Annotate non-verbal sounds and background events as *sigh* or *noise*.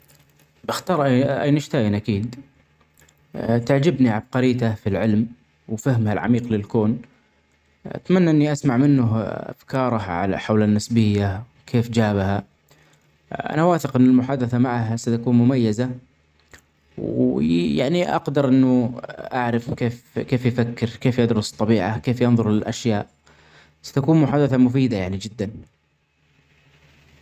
بختار أي- أينشتاين أكيد ,تعجبني عبقريته في العلم وفهمه العميق للكون .أتمنى اني اسمع منه *hesitation* افكاره على حول النسبية وكيف جابها .أنا واثق ان المحادثه معه ستكون مميزة وو-يي- يعني أقدر انه *hesitation* اعرف كيف - كيف يفكر, كيف يدرس الطبيعة ,كيف ينظر للأشياء, ستكون محادثة مفيدة يعني جدا.